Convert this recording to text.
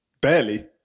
Barely